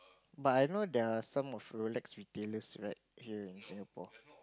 but I know there are some of Rolex retailers right here in Singapore